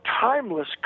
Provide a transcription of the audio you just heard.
timeless